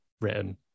written